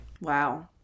wow